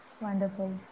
wonderful